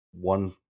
one